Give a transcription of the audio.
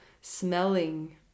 smelling